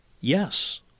yes